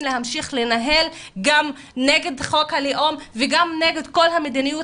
להמשיך לנהל גם נגד חוק הלאום וגם נגד כל המדיניות